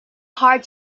hard